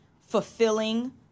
fulfilling